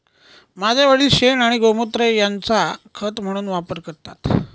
माझे वडील शेण आणि गोमुत्र यांचा खत म्हणून वापर करतात